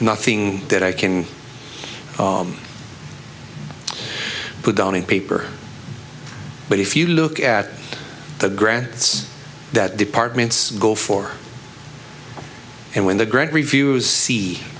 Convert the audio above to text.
nothing that i can put down in paper but if you look at the grants that departments go for and when the great reviews see